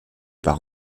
par